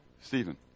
Stephen